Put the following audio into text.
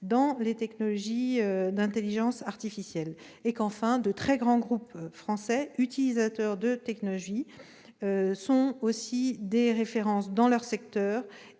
dans les technologies d'intelligence artificielle. Enfin, de très grands groupes français utilisateurs de technologies sont aussi des références dans leur secteur